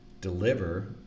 deliver